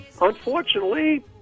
unfortunately